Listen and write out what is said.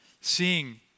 seeing